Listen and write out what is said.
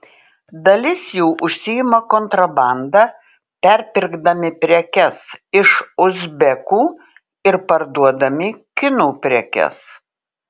dalis jų užsiima kontrabanda perpirkdami prekes iš uzbekų ir parduodami kinų prekes